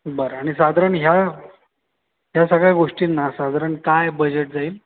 बरं आणि साधारण ह्या ह्या सगळ्या गोष्टींना साधारण काय बजेट जाईल